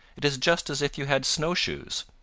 it is just as if you had snowshoes.